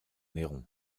neyron